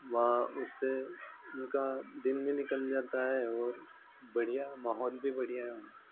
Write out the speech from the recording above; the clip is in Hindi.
वहाँ उससे उनका दिन भी निकल जाता है और बढ़िया माहौल भी बढ़िया है वहाँ